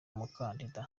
umukandida